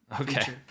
Okay